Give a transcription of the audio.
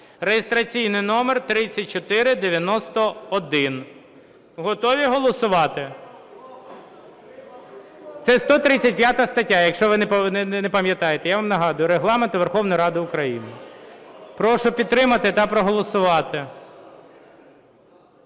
(реєстраційний номер 3491). Готові голосувати? (Шум у залі) Це 135 стаття, якщо ви не пам'ятаєте, я вам нагадую, Регламенту Верховної Ради України. Прошу підтримати та проголосувати.